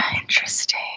Interesting